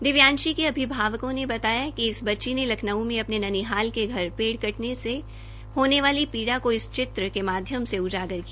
दिव्यांशी के अभिभावकों ने बताया कि इस बच्ची ने लखनऊ में अपने ननिहाल के घर पेड़ कटने से होने वाली पीड़ा को इस चित्र के माध्यम से उजागर किया